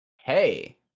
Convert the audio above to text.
Hey